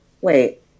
wait